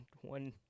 one